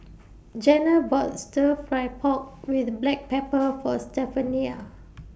Janna bought Stir Fry Pork with Black Pepper For Stephania